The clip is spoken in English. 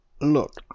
Look